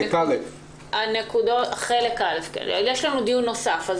את חלק א' כי יש דיון נוסף.